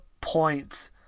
point